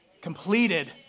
Completed